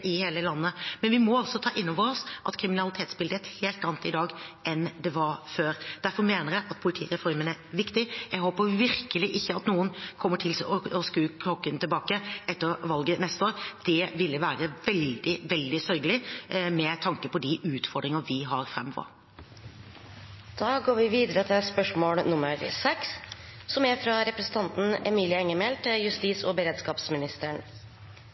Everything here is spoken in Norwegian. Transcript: i hele landet, men vi må altså ta inn over oss at kriminalitetsbildet er et helt annet i dag enn det var før. Derfor mener jeg at politireformen er viktig. Jeg håper virkelig ikke at noen kommer til å skru klokken tilbake etter valget neste år. Det ville være veldig, veldig sørgelig med tanke på de utfordringene vi har